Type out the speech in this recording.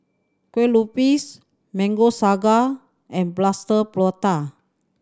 Kueh Lupis Mango Sago and Plaster Prata